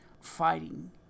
fighting